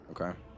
Okay